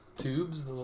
Tubes